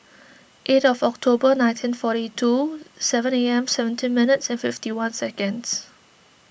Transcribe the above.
eight of October nineteen forty two seventeen A M seventeen minutes and fifty one seconds